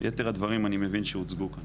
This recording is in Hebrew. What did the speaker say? יתר הדברים אני מבין שהוצגו כאן.